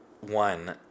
One